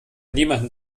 niemanden